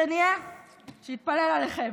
שיתפלל עליכם.